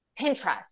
Pinterest